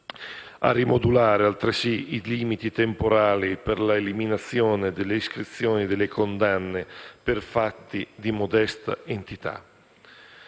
a rimodulare altresì i limiti temporali per la eliminazione delle iscrizioni delle condanne per fatti di modesta entità.